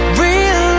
real